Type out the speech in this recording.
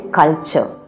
culture